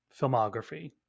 filmography